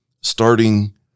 starting